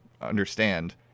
understand